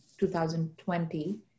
2020